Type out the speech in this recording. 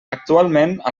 actualment